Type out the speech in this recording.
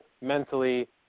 mentally